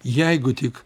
jeigu tik